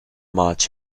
march